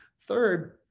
Third